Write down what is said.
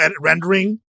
rendering